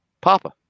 Papa